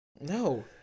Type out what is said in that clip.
No